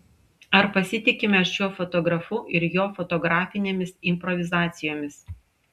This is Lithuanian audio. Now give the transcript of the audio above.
ar pasitikime šiuo fotografu ir jo fotografinėmis improvizacijomis